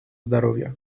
здоровья